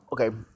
Okay